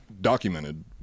documented